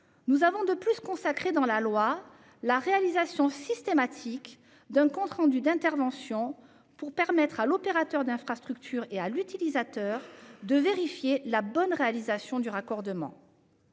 nous avons consacré dans la loi la réalisation systématique d'un compte rendu d'intervention pour permettre à l'opérateur d'infrastructure et à l'utilisateur de vérifier la bonne réalisation du raccordement.